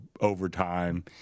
overtime